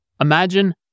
imagine